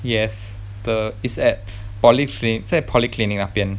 yes the it's at polyclinic 在 polyclinic 那边